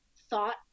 thought